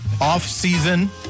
off-season